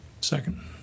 Second